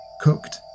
cooked